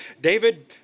David